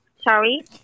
Sorry